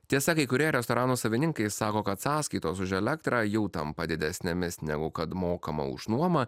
tiesa kai kurie restoranų savininkai sako kad sąskaitos už elektrą jau tampa didesnėmis negu kad mokama už nuomą